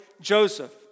Joseph